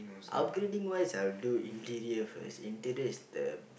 upgrading ones I will do interior first interior is the